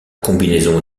combinaison